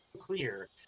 clear